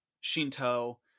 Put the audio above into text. Shinto